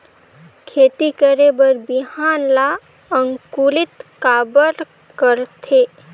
खेती करे बर बिहान ला अंकुरित काबर करथे?